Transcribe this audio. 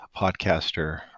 podcaster